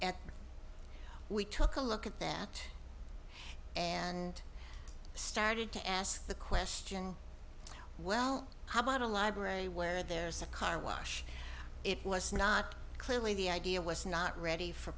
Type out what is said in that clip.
and we took a look at that and i started to ask the question well how about a library where there's a car wash it was not clearly the idea was not ready for